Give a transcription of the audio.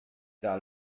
der